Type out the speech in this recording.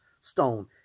stone